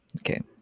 okay